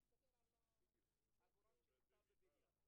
אני מדבר על העגורן שנמצא בבניין.